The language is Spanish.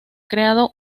creado